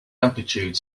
amplitude